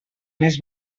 més